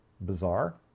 bizarre